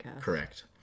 Correct